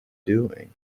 doing